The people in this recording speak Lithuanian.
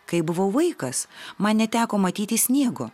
kai buvau vaikas man neteko matyti sniego